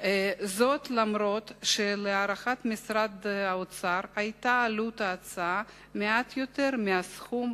אף שלהערכת משרד האוצר היתה עלות ההצעה מעט יותר מהסכום